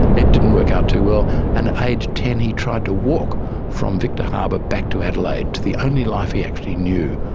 it didn't work out too well and at age ten he tried to walk from victor harbour back to adelaide, to the only life he actually knew.